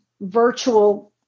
virtual